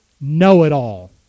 know-it-all